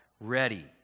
ready